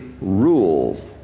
rule